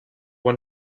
want